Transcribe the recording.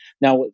Now